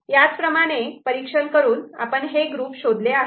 याच प्रमाणे आपण परीक्षण करून हे ग्रुप शोधले आहेत